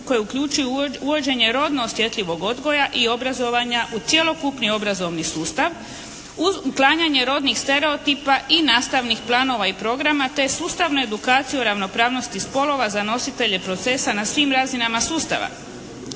koje uključuju uvođenje rodno osjetljivog odgoja i obrazovanja u cjelokupni obrazovni sustav uz uklanjanje rodnih stereotipa i nastavnih planova i programa te sustavnu edukaciju ravnopravnosti spolova za nositelje procesa na svim razinama sustava.